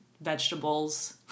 vegetables